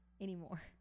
Anymore